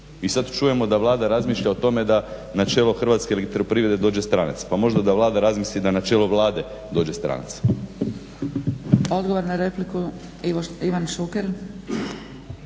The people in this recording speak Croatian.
i sad čujemo da Vlada razmišlja o tome da na čelo Hrvatske elektroprivrede dođe stranac. Pa možda da Vlada razmisli da na čelo Vlade dođe stranac. **Zgrebec, Dragica